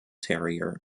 terrier